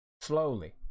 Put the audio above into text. Slowly